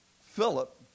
Philip